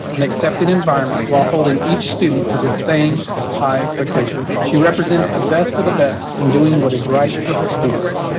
and accepting environment while holding each student to the same high expectation. she represents the best of the best in doing what is right for her students.